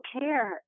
care